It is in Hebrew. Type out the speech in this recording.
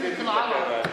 תעסוקה של נשים ערביות.